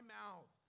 mouth